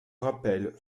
rappel